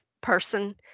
person